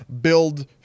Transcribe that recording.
build